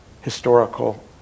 historical